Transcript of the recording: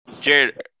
Jared